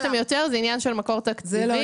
זה לא עניין של מקור תקציבי.